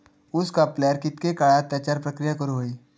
ऊस कापल्यार कितके काळात त्याच्यार प्रक्रिया करू होई?